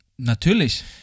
Natürlich